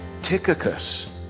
Tychicus